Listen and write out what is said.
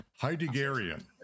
Heideggerian